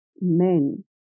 men